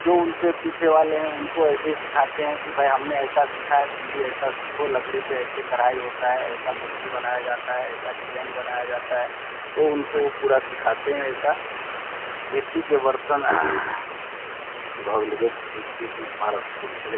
जो उनके पीछे वाले हैं उनको ऐसे ही सिखाते हैं कि भई हमने ऐसा सीखा है तुम भी ऐसा सीखो लकड़े पे ऐसा कढ़ाई होता है ऐसा मूर्ति बनाया जाता है ऐसा डिजाईन बनाया जाता है वो उनको पूरा सिखाते हैं ऐसा मिट्टी के बर्तन बारह सेकंड भले